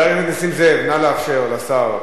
חבר הכנסת נסים זאב, נא לאפשר לשר.